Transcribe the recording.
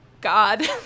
god